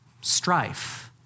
strife